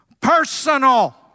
Personal